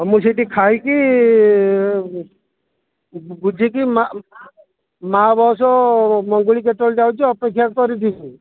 ହଁ ମୁଁ ସେଠି ଖାଇକି ବୁଝିକି ମା ମା ବସ୍ ମଙ୍ଗୁଳି କେତେବେଳେ ଯାଉଛି ଅପେକ୍ଷା କରିଥିବି